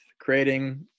creating